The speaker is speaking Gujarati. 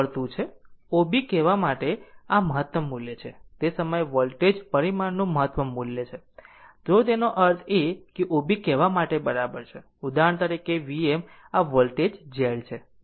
O B કહેવા માટે આ મહત્તમ મૂલ્ય છે તે સમયે વોલ્ટેજ પરિમાણનું મહત્તમ મૂલ્ય છે જો તેનો અર્થ એ કે O B કહેવા માટે બરાબર છે ઉદાહરણ તરીકે Vm આ વોલ્ટેજ z છે